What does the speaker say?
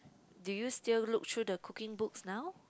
do you still look through the cooking books now